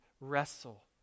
wrestle